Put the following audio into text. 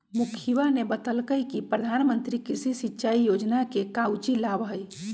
मुखिवा ने बतल कई कि प्रधानमंत्री कृषि सिंचाई योजना के काउची लाभ हई?